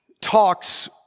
talks